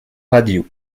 radio